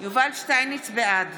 בעד